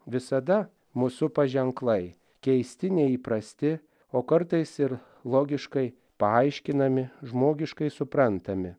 visada mus supa ženklai keisti neįprasti o kartais ir logiškai paaiškinami žmogiškai suprantami